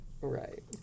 right